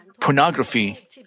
pornography